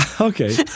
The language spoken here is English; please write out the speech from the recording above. Okay